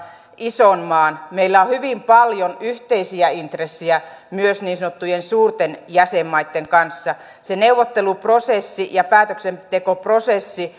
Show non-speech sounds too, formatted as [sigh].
ison maan meillä on hyvin paljon yhteisiä intressejä myös niin sanottujen suurten jäsenmaitten kanssa se neuvotteluprosessi ja päätöksentekoprosessi [unintelligible]